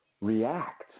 react